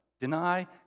Deny